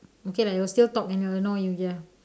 okay lah it will still talk and annoy you ya